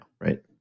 right